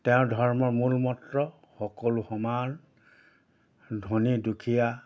তেওঁৰ ধৰ্মৰ মূলমত্ৰ সকলো সমান ধনী দুখীয়া